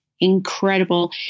incredible